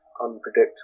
unpredictable